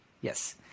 Yes